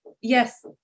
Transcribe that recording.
yes